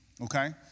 Okay